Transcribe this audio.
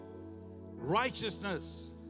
righteousness